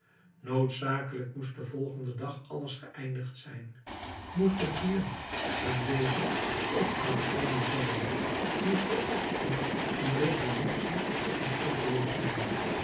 noodzakelijk moest den volgenden dag alles geëindigd zijn moest de triumf aan deze of aan gene zijde moest de opstand een revolutie of een oproer zijn